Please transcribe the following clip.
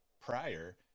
prior